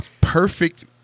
perfect